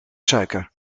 suiker